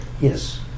Yes